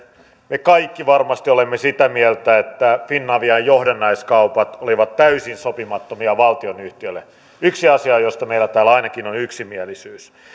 me kaikki varmasti olemme sitä mieltä että finavian johdannaiskaupat olivat täysin sopimattomia valtionyhtiölle on ainakin yksi asia josta meillä täällä on yksimielisyys